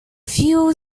few